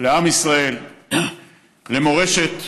לעם ישראל, למורשת ישראל,